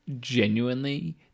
genuinely